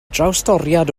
drawstoriad